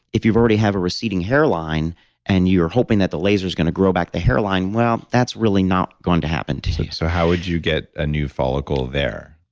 if you already have a receding receding hairline and you're hoping that the laser is going to grow back the hairline, well that's really not going to happen to you so, how would you get a new follicle there?